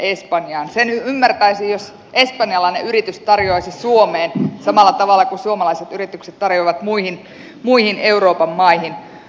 sen ymmärtäisi jos espanjalainen yritys tarjoaisi suomeen samalla tavalla kuin suomalaiset yritykset tarjoavat muihin euroopan maihin